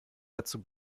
dazu